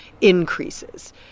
increases